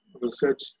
research